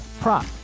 prop